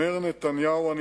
אמר נתניהו: